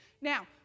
Now